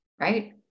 right